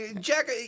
Jack